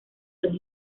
los